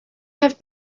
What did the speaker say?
have